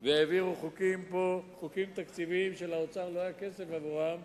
והעבירו פה חוקים תקציביים שלאוצר לא היה כסף בעבורם,